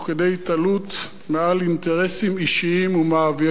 מעל אינטרסים אישיים ומאוויים פוליטיים.